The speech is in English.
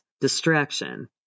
distraction